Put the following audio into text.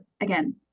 again